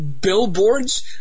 billboards